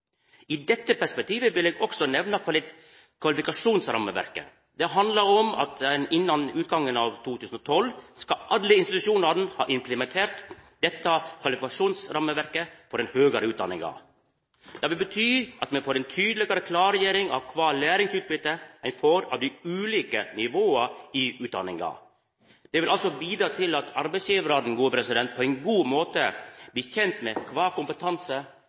I dette perspektivet vil eg også nemna kvalifikasjonsrammeverket. Det handlar om at innan utgangen av 2012 skal alle institusjonane ha implementert dette kvalifikasjonsrammeverket for den høgare utdanninga. Det vil bety at me får ei tydelegare klargjering av kva læringsutbytte ein får på dei ulike nivåa i utdanninga. Dette vil altså bidra til at arbeidsgivarane på ein god måte blir kjende med kva kompetanse